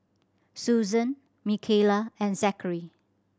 Susan Micayla and Zackary